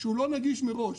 שהוא לא נגיש מראש,